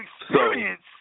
experience